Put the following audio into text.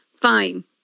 fine